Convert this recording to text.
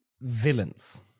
villains